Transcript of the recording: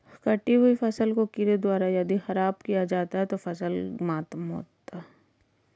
कटी हुयी फसल को कीड़ों द्वारा यदि ख़राब किया जाता है तो फसल मातम होता है